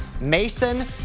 mason